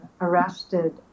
arrested